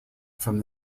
from